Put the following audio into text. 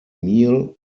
meal